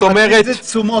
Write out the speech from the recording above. מאמצים זה תשומות.